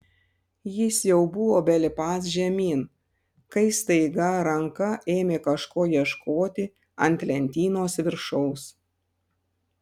jis jau buvo belipąs žemyn kai staiga ranka ėmė kažko ieškoti ant lentynos viršaus